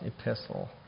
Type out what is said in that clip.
Epistle